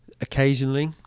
occasionally